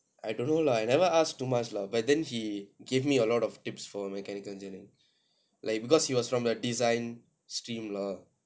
I don't know lah I never asked too much lah but then he give me a lot of tips for mechanical engineering like because he was from a design steam lor